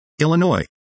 Illinois